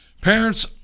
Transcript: Parents